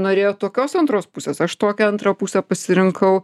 norėjo tokios antros pusės aš tokią antrą pusę pasirinkau